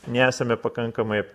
nesame pakankamai